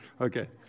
Okay